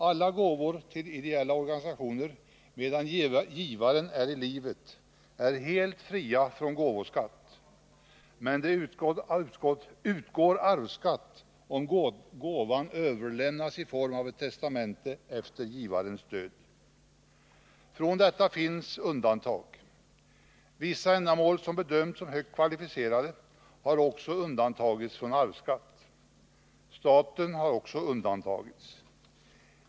Alla gåvor till ideella organisationer medan givaren är i livet är helt fria från gåvoskatt, men det utgår arvsskatt, om gåvan överlämnas i form av ett testamente efter givarens död. Från detta finns undantag. Vissa ändamål som har bedömts som högt kvalificerade har också undantagits från arvsskatt. Staten har också undantagits.